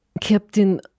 Captain